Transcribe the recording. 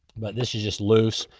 but this is just loose,